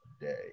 day